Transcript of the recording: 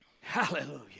Hallelujah